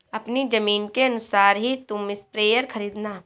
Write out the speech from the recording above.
अपनी जमीन के अनुसार ही तुम स्प्रेयर खरीदना